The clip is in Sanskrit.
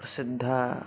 प्रसिद्धा